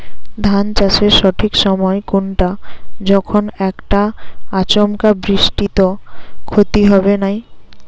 ধান চাষের সঠিক সময় কুনটা যখন এইটা আচমকা বৃষ্টিত ক্ষতি হবে নাই?